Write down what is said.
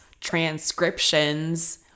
transcriptions